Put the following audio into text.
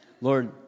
Lord